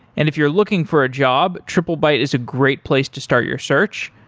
if you're looking for a job, triplebyte is a great place to start your search,